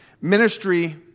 ministry